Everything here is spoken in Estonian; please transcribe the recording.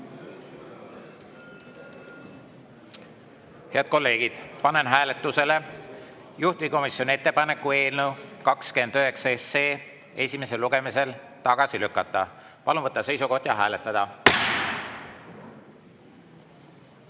kolleegid, panen hääletusele juhtivkomisjoni ettepaneku eelnõu 29 esimesel lugemisel tagasi lükata. Palun võtta seisukoht ja hääletada!